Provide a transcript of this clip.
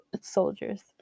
Soldiers